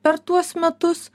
per tuos metus